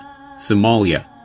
Somalia